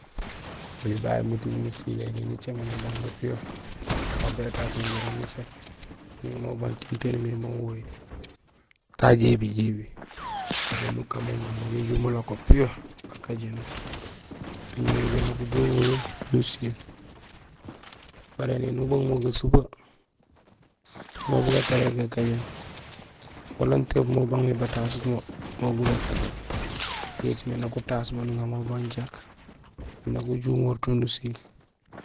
Oli babé muting musileey néni ucaméén ébang mo piyo, aw bétaas mo jaraam muséét, nuŋamo ubang tiin taan umimé mahoyé, ta jébi jébi. Néni ukan mo mé mo béju mutako piyo bakajénut; do nuŋumé éjoow nak uŋorul nusiil. Baré néni ubang mo gasupee mo bugatariya gakajéén. Wala nutééb mo ubang mé batasut mo, mo bugakajéén. Yo écimé nak uyaas mo nuŋa mo ubang jaak miin nak uju uŋaar to nusiil.